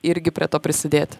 irgi prie to prisidėti